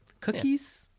cookies